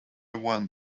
one